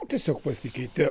tiesiog pasikeitė